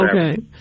Okay